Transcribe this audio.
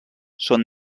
són